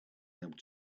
able